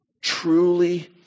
truly